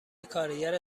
کارگر